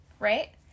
Right